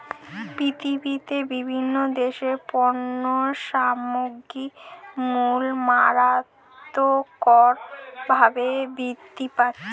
পৃথিবীতে বিভিন্ন দেশের পণ্য সামগ্রীর মূল্য মারাত্মকভাবে বৃদ্ধি পাচ্ছে